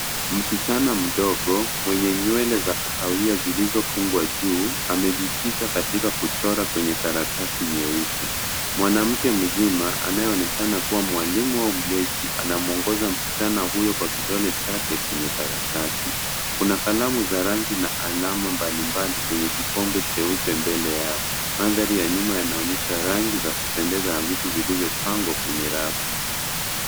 Msichana mdogo mwenye nywele za kahawia zilizofungwa juu amejikita katika kuchora kwenye karatasi nyeupe, mwanamke mzima anayeonekana kuwa mwalimu au mlezi anamwongoza msichana huyo kwa kidole chake kwenye karatasi ,kuna kalamu za rangi na alama mbalimbali kwenye kikombe cheupe mbele yao mandhari ya nyuma yanaonyesha rangi za kupendeza na vitu vilivyopangwa kwenye rafu.